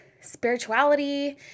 spirituality